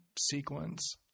sequence